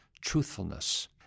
truthfulness